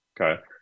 okay